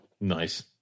Nice